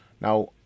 Now